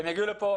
הן יגיעו לפה,